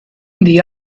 the